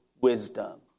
wisdom